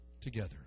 together